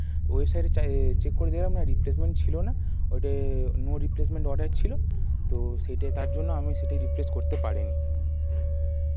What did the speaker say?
ওয়েবসাইটে চাই চেক করে দেখলাম না রিপ্লেসমেন্ট ছিলো না ওইটা নো রিপ্লেসমেন্ট অর্ডার ছিলো তো সেইটাই তার জন্য আমি সেটা রিপ্লেস করতে পারি নি